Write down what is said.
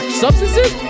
substances